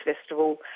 Festival